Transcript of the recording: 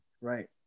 Right